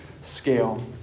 scale